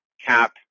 CAP